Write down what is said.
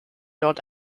dort